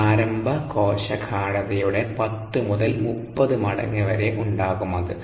പ്രാരംഭ കോശ ഗാഢതയുടെ 10 മുതൽ 30 മടങ്ങ് വരെ ഉണ്ടാകുമത്